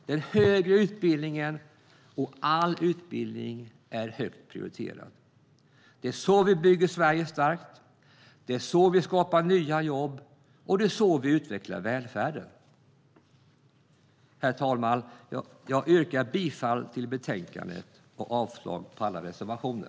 Den högre utbildningen och all utbildning är högt prioriterad. Det är så vi bygger Sverige starkt. Det är så vi skapar nya jobb, och det är så vi utvecklar välfärden. Herr talman! Jag yrkar bifall till förslaget i betänkandet och avslag på alla reservationer.